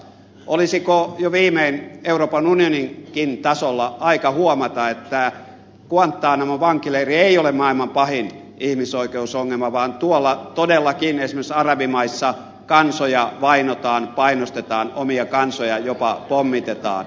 olisiko jo viimein euroopan unioninkin tasolla aika huomata että guantanamon vankileiri ei ole maailman pahin ihmisoikeusongelma vaan todellakin esimerkiksi tuolla arabimaissa kansoja vainotaan painostetaan omia kansoja jopa pommitetaan